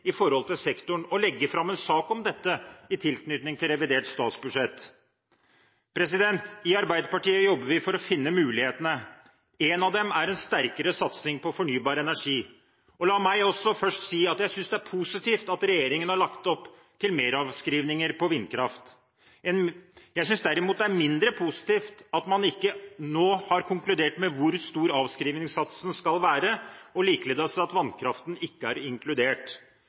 i sektoren og legge fram en sak om dette i tilknytning til revidert statsbudsjett? I Arbeiderpartiet jobber vi for å finne mulighetene. Én av dem er en sterkere satsing på fornybar energi. La meg først si at jeg synes det er positivt at regjeringen har lagt opp til meravskrivninger på vindkraft. Jeg synes derimot det er mindre positivt at man ikke nå har konkludert med hvor stor avskrivningssatsen skal være, og likeledes at vannkraften ikke er inkludert.